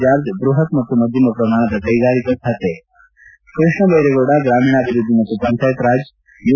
George ಬೃಹತ್ ಮತ್ತು ಮಧ್ಯಮ ಪ್ರಮಾಣದ ಕೈಗಾರಿಕಾ ಖಾತೆ ಕೃಷ್ಣ ಬೈರೇಗೌಡ ಗ್ರಾಮೀಣಾಭಿವೃದ್ಧಿ ಮತ್ತು ಪಂಚಾಯತ್ ರಾಜ್ ಯು